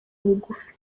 bugufi